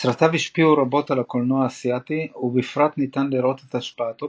סרטיו השפיעו רבות על הקולנוע האסיאתי ובפרט ניתן לראות את השפעתו